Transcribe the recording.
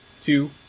two